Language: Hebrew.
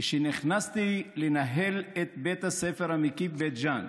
כשנכנסתי לנהל את בית הספר המקיף בית ג'ן,